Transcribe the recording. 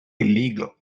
illegal